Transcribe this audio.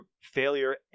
Failure